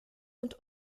und